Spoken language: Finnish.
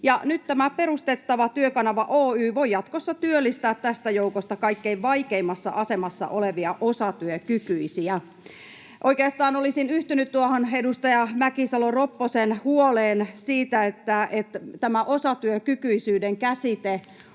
nyt tämä perustettava Työkanava Oy voi jatkossa työllistää tästä joukosta kaikkein vaikeimmassa asemassa olevia osatyökykyisiä. Oikeastaan olisin yhtynyt tuohon edustaja Mäkisalo-Ropposen huoleen siitä — tämä osatyökykyisyyden käsite on